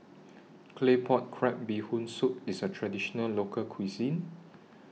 Claypot Crab Bee Hoon Soup IS A Traditional Local Cuisine